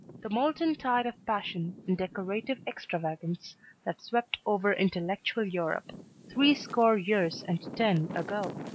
the molten tide of passion and decorative extravagance that swept over intellectual europe three score years and ten ago,